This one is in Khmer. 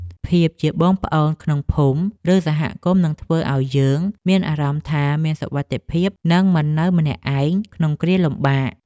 ភាពជាបងប្អូនក្នុងភូមិ ឬសហគមន៍នឹងធ្វើឱ្យយើងមានអារម្មណ៍ថា មានសុវត្ថិភាពនិងមិននៅម្នាក់ឯងក្នុងគ្រាលំបាក។